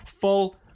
full